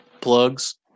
plugs